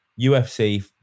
UFC